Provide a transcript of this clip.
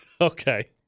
Okay